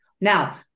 now